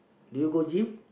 do you go gym